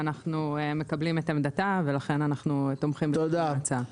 ואנחנו מקבלים את עמדתה ולכן אנחנו תומכים בקידום ההצעה.